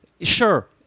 sure